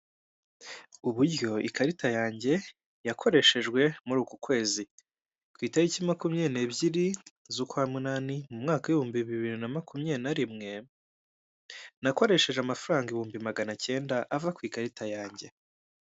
Uburyo ikarita yanjye yakoreshejwe muri uku kwezi : ku itariki makumyabiri n'ebyiri z'ukwa munani mu mwaka w'ibihumbi bibiri na makumyabiri na rimwe, nakoresheje amafaranga ibihumbi magana kenda ava ku ikarita yanjye.